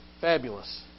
fabulous